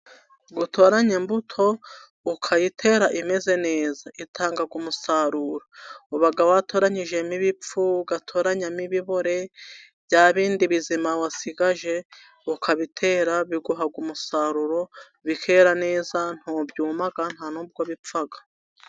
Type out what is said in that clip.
Gutoranya imbuto, ukayitera imeze neza itanga umusaruro. Uba watoranyijemo ibipfu ugatoranyamo ibibore, bya bindi bizima wasigaje ukabitera, biguha umusaruro bikera neza, ntabwo byuma nta n'ubwo bipfa.